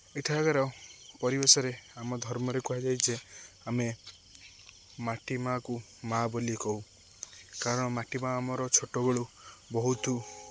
ଏଠାକାର ପରିବେଶରେ ଆମ ଧର୍ମରେ କୁହାଯାଇଛି ଯେ ଆମେ ମାଟି ମା'କୁ ମା' ବୋଲି କହୁ କାରଣ ମାଟି ମା' ଆମର ଛୋଟବେଳୁ ବହୁତ